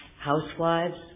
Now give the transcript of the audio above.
housewives